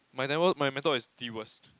my my mentor is the worse